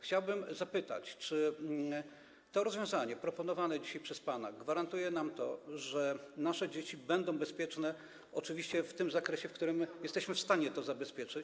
Chciałbym zapytać, czy to rozwiązanie proponowane dzisiaj przez pana gwarantuje nam to, że nasze dzieci będą bezpieczne, oczywiście w takim zakresie, w jakim jesteśmy w stanie to zabezpieczyć.